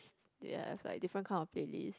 s~ they have like different kind of playlists